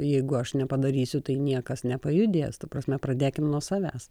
jeigu aš nepadarysiu tai niekas nepajudės ta prasme pradėkim nuo savęs